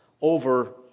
over